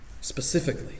specifically